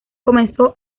comenzó